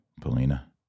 Polina